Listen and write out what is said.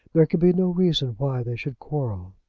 there could be no reason why they should quarrel.